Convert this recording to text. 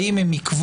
האם הם עיכבו,